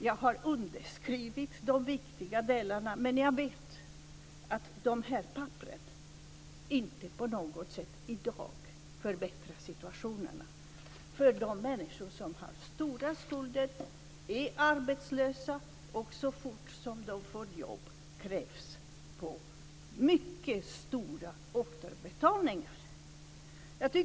Jag har skrivit under viktiga delar men samtidigt vet jag att dessa papper inte på något sätt förbättrar situationen i dag för de arbetslösa människor som har stora skulder och som, så fort de får jobb, krävs på mycket stora återbetalningsbelopp.